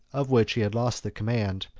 of which he had lost the command,